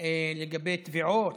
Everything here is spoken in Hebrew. לגבי תביעות,